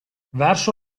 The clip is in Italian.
verso